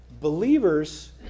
Believers